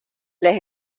les